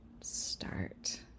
start